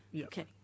Okay